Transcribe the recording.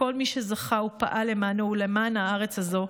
כל מי שזכה ופעל למענו ולמען הארץ הזו,